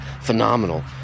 phenomenal